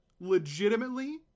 legitimately